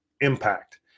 impact